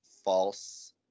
false